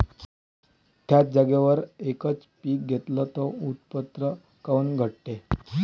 थ्याच जागेवर यकच पीक घेतलं त उत्पन्न काऊन घटते?